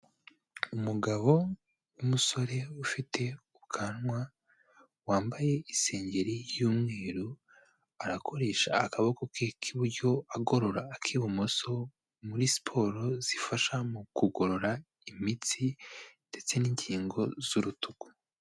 Umugabo w'umusore ufite ubwanwa, wambaye isengeri y'umweru, arakoresha akaboko ke k'iburyo agorora ak'ibumoso, muri siporo zifasha mu kugorora imitsi ndetse n'ingingo z'urutugu.